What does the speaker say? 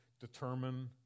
determine